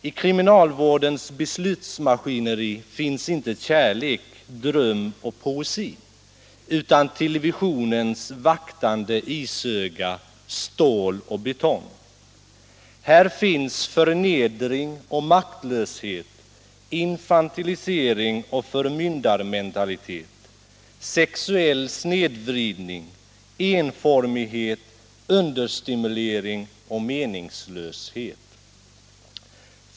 I kriminalvårdens bestutsmaskineri finns inte kärlek, dröm och poesi utan televisionens vaktande isöga, stål och betong. Här finns förnedring och maktlöshet, infantilisering och förmyndarmentalitet, sexuell snedvridning, enformighet, understimulering och meningslöshet.